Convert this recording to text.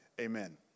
amen